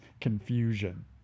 confusion